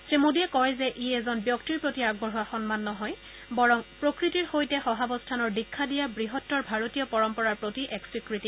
শ্ৰীমোডীয়ে কয় যে ই এজন ব্যক্তিৰ প্ৰতি আগবঢ়োৱা সন্মান নহয় বৰং প্ৰকৃতিৰ সৈতে সহাৱস্থানৰ দীক্ষা দিয়া বৃহত্তৰ ভাৰতীয় পৰম্পৰাৰ প্ৰতি এক স্বীকৃতি